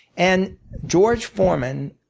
and george foreman,